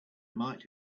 might